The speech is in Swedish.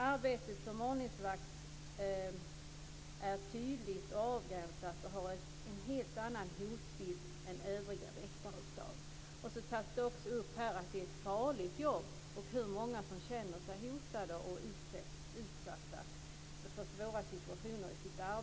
Arbetet som ordningsvakt är tydligt och avgränsat och har en annan hotbild än övriga väktaruppdrag." Det tas också upp här att det är ett farligt jobb och att många känner sig hotade och utsatta för svåra situationer i sitt arbete.